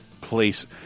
place